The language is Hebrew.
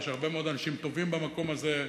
ויש הרבה מאוד אנשים טובים במקום הזה.